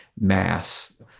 mass